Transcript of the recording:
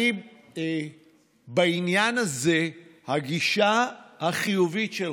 בעניין הזה הגישה החיובית שלך,